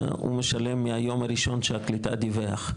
הוא משלם מהיום הראשון שמשרד הקליטה דיווח.